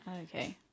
Okay